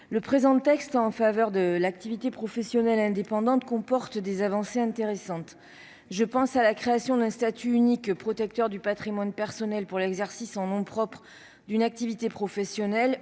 le présent texte en faveur de l'activité professionnelle indépendante comporte des avancées intéressantes. Je pense à la création d'un statut unique, protecteur du patrimoine personnel, pour l'exercice en nom propre d'une activité professionnelle